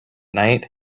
night